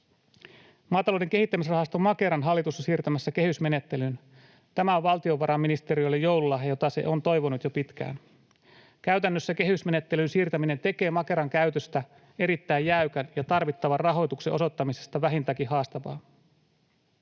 Maatalouden kehittämisrahasto Makeran hallitus on siirtämässä kehysmenettelyyn. Tämä on valtiovarainministeriölle joululahja, jota se on toivonut jo pitkään. Käytännössä kehysmenettelyyn siirtäminen tekee Makeran käytöstä erittäin jäykän ja tarvittavan rahoituksen osoittamisesta vähintäänkin haastavaa.